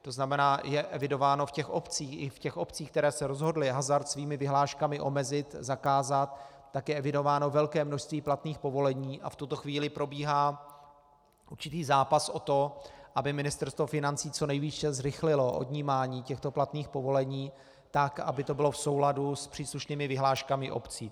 To znamená, je evidováno v těch obcích, které se rozhodly hazard svými vyhláškami omezit, zakázat, velké množství platných povolení a v tuto chvíli probíhá určitý zápas o to, aby Ministerstvo financí co nejvíce zrychlilo odnímání těchto platných povolení tak, aby to bylo v souladu s příslušnými vyhláškami obcí.